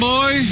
Boy